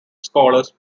scholars